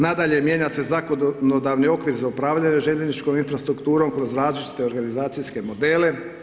Nadalje mijenja se zakonodavni okvir za upravljanje željezničkom infrastrukturom kroz različite organizacijske modele.